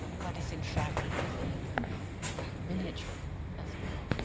but is, in fact, present at the at the miniature as well.